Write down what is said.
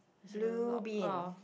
there's a lot oh